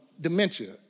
dementia